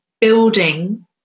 building